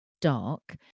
dark